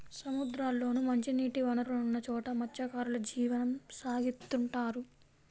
సముద్రాల్లోనూ, మంచినీటి వనరులున్న చోట మత్స్యకారులు జీవనం సాగిత్తుంటారు